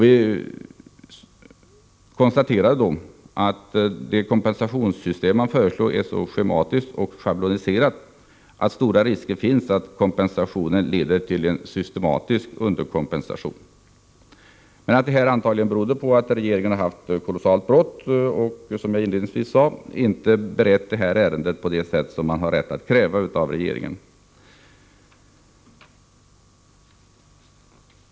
Vi konstaterade då att det kompensationssystem som föreslås är så schematiskt och schabloniserat att det finns risk för att kompensationen leder till en systematisk underkompensation. Regeringen hade antagligen kolossalt bråttom och beredde inte, som jag inledningsvis sade, detta ärende på det sätt som man har rätt att kräva av en regering.